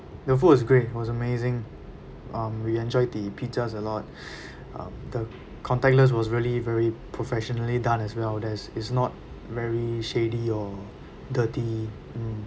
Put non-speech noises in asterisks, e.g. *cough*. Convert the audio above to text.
the food was great was amazing um we enjoyed the pizzas a lot *breath* um the contactless was really very professionally done as well there is not very shady or dirty mm